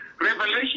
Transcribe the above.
Revelation